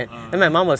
ah